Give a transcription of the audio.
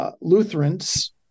Lutherans